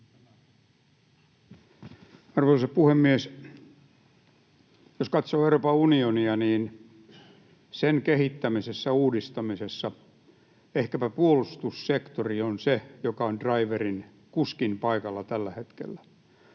Arvoisa puhemies! Jos katsoo Euroopan unionia, niin sen kehittämisessä ja uudistamisessa ehkäpä puolustussektori on se, joka on driverin, kuskin, paikalla tällä hetkellä.